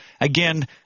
again